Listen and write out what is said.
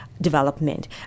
development